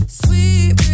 sweet